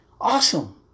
Awesome